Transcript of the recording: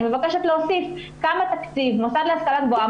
אני מבקשת לדעת כמה מוסד להשכלה גבוהה